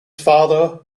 father